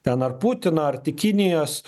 ten ar putino ar tik kinijos